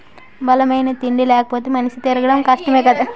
బలమైన తిండి లేపోతే మనిషి తిరగడం కష్టమే కదా